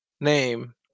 name